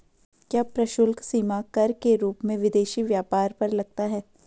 क्या प्रशुल्क सीमा कर के रूप में विदेशी व्यापार पर लगता है?